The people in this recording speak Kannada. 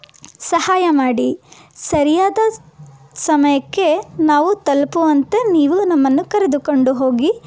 ಸಹಾಯ ಮಾಡಿ ಸರಿಯಾದ ಸಮಯಕ್ಕೆ ನಾವು ತಲುಪುವಂತೆ ನೀವು ನಮ್ಮನ್ನು ಕರೆದುಕೊಂಡು ಹೋಗಿ